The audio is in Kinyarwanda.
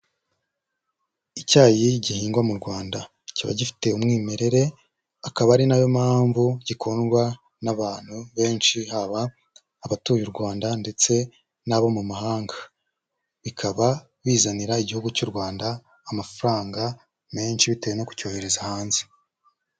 Icyayi gihingwa mu Rwanda, kiba gifite umwimerere akaba ari na yo mpamvu gikundwa n'abantu benshi haba abatuye u Rwanda ndetse n'abo mu mahanga, bikaba bizanira igihugu cy'u Rwanda amafaranga menshi bitewe no kucyohereza hanze.